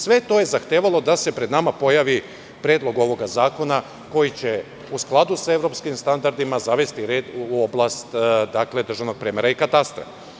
Sve je to zahtevalo da se pred nama pojavi predlog ovoga zakona, koji će, u skladu sa evropskim standardima, zavesti red u oblast državnog premera i katastra.